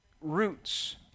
roots